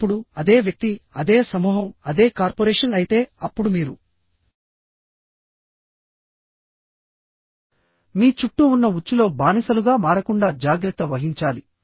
ఇప్పుడు అదే వ్యక్తి అదే సమూహం అదే కార్పొరేషన్ అయితే అప్పుడు మీరు మీ చుట్టూ ఉన్న ఉచ్చులో బానిసలుగా మారకుండా జాగ్రత్త వహించాలి